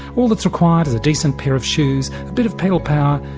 all that's required is a decent pair of shoes, a bit of pedal power,